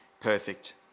perfect